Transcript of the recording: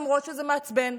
למרות שזה מעצבן,